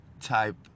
type